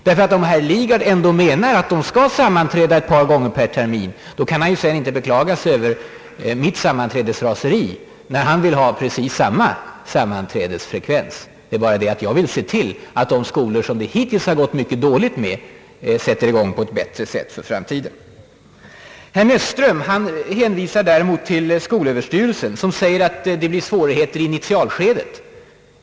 Om herr Lidgard nämligen ändå menar att de skall sammanträda ett par gånger per termin, kan han ju sedan inte beklaga sig över mitt sammanträdesraseri, eftersom han vill ha precis samma sammanträdesfrekvens. Jag vill däremot se till att de skolor, där det hittills har gått mycket dåligt, kommer att arbeta på ett bättre sätt i framtiden. Herr Näsström hänvisar till skolöverstyrelsen, som påstår att det blir svårigheter i initialskedet.